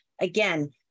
again